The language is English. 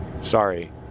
Sorry